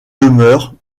demeurent